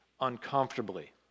uncomfortably